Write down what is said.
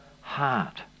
heart